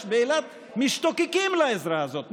באילת ממש משתוקקים לעזרה הזאת,